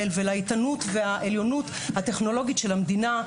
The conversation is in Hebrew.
ולאיתנות והעליונות הטכנולוגית של המדינה.